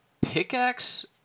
pickaxe